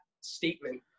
statement